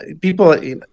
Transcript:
people